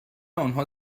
آنها